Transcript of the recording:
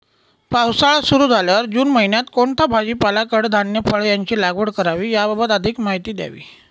पावसाळा सुरु झाल्यावर जून महिन्यात कोणता भाजीपाला, कडधान्य, फळे यांची लागवड करावी याबाबत अधिक माहिती द्यावी?